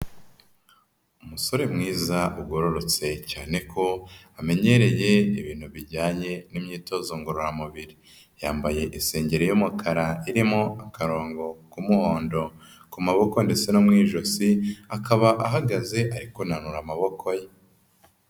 Umusore mwiza ugororotse cyane ko amenyereye ibintu bijyanye n'imyitozo ngororamubiri, yambaye isengero y'umukara irimo akarongo k'umuhondo ku maboko ndetse no mu ijosi, akaba ahagaze ari kunanura amaboko ye.